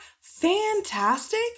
fantastic